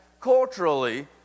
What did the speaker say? culturally